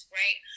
right